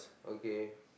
okay